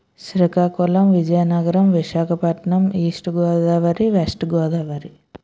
Srikakulam Vizianagaram Visakhapatnam east Godavari west Godavari